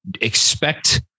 expect